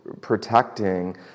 protecting